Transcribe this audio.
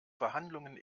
verhandlungen